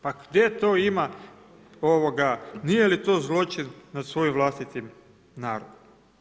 Pa gdje to ima, nije li to zločin nad svojim vlastitim narodom.